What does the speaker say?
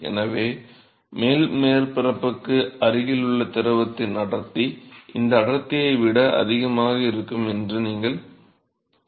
எனவே மேற்பரப்புக்கு அருகில் உள்ள திரவத்தின் அடர்த்தி இந்த அடர்த்தியை விட அதிகமாக இருக்கும் என்று நீங்கள் எதிர்பார்க்கிறீர்கள்